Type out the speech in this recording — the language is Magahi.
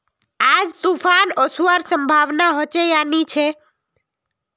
आज तूफ़ान ओसवार संभावना होचे या नी छे?